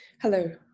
Hello